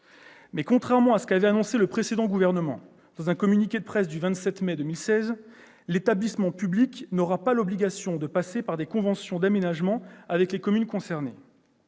Contrairement à ce qu'avait annoncé le précédent gouvernement dans un communiqué de presse du 27 mai 2016, l'établissement public n'aura pas l'obligation de passer des conventions d'aménagement avec les communes concernées.